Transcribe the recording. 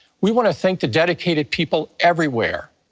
we wanna thank the dedicated people everywhere,